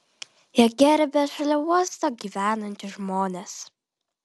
jie gerbia šalia uosto gyvenančius žmones